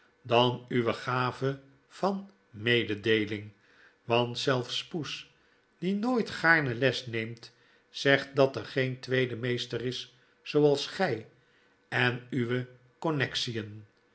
dan uwe gave van mede deeling want zelfs poes die nooit gaarne les neemt zegt dat er geen tweede meester is zooals gg en uwe connexion